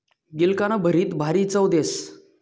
गिलकानं भरीत भारी चव देस